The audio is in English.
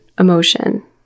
emotion